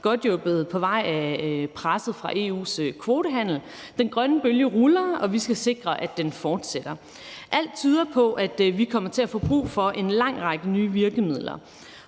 godt hjulpet på vej af presset fra EU's kvotehandel. Den grønne bølge ruller, og vi skal sikre, at den fortsætter. Alt tyder på, at vi kommer til at få brug for en lang række nye virkemidler